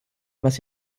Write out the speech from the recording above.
was